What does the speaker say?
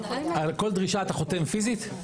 על כל דרישה אתה חותם פיזית?